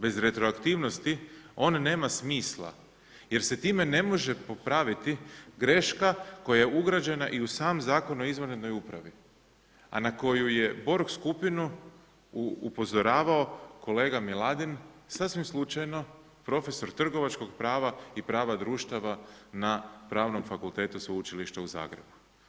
Bez retroaktivnosti on nema smisla jer se time ne može popraviti greška koja je ugrađena i u sam Zakon o izvanrednoj upravi a na koju je Borg skupinu upozoravao kolega Miladin, sasvim slučajno profesor trgovačkog prava i prava društava na Pravnom fakultetu Sveučilišta u Zagrebu.